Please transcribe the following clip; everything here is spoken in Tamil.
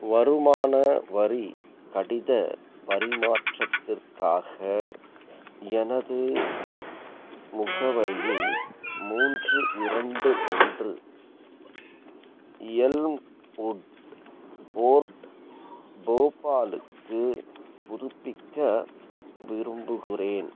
வருமான வரி கடிதப் பரிமாற்றத்திற்காக எனது முகவரியை மூன்று இரண்டு ஒன்று எல்ம்வுட் கோர்ட் போபாலுக்கு புதுப்பிக்க விரும்புகிறேன்